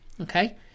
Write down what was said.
okay